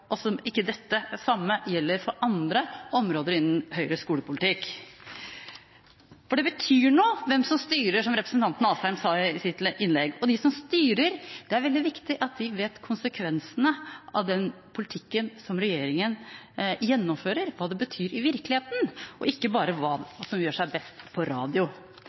ikke det samme gjelder for andre områder innenfor Høyres skolepolitikk, for det betyr noe hvem som styrer, som representanten Asheim sa i sitt innlegg. Og det er veldig viktig at de som styrer, vet hva som er konsekvensene av den politikken som regjeringen gjennomfører, vet hva det betyr i virkeligheten – ikke bare hva som gjør seg best på radio.